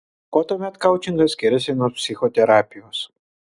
kuo tuomet koučingas skiriasi nuo psichoterapijos